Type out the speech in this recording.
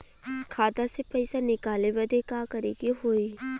खाता से पैसा निकाले बदे का करे के होई?